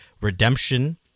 redemption